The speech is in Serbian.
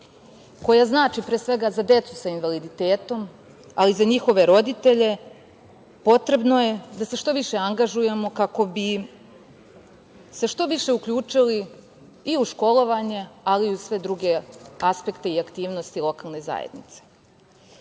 koja znači za decu sa invaliditetom, ali i za njihove roditelje, potrebno je da se što više angažujemo kako bi se što više uključili i u školovanje, ali i u sve druge aspekte i aktivnosti lokalne zajednice. Takođe,